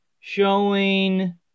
showing